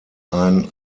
ein